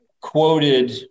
quoted